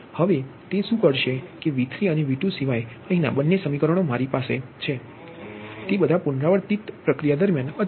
હવે તે શું કરશે કે V3 અને V2 સિવાય અહીંનાં બંને સમીકરણો મારી પાસે V3 અને V2 છે તે બધા પુનરાવર્તિત પ્રક્રિયા દરમિયાન અચલ છે